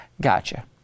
Gotcha